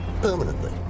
permanently